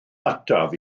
ataf